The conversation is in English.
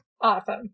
Awesome